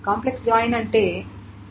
complex join అంటే ఏమిటి